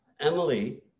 Emily